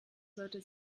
sollte